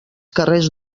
carrers